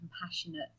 compassionate